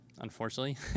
Unfortunately